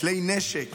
כלי נשק